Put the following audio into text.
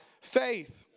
faith